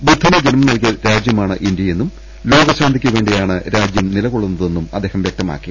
ബുദ്ധന് ജന്മം നൽകിയ രാജ്യമാണ് ഇന്ത്യയെന്നും ലോക ശാന്തിക്ക് വേണ്ടിയാണ് ഇന്തൃ നിലകൊള്ളുന്നതെന്നും അദ്ദേഹം വ്യക്തമാക്കി